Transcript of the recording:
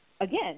Again